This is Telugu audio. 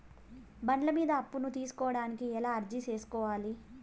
బండ్ల మీద అప్పును తీసుకోడానికి ఎలా అర్జీ సేసుకోవాలి?